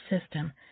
system